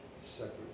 separate